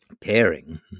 pairing